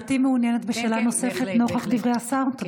גברתי מעוניינת בשאלה נוספת נוכח דברי השר?